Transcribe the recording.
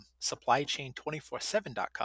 supplychain247.com